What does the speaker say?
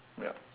yup